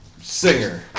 Singer